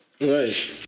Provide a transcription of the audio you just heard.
Right